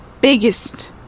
biggest